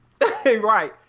Right